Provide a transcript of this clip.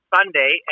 Sunday